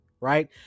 right